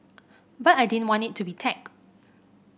but I didn't want it to be tag